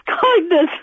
kindness